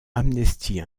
amnesty